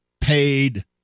paid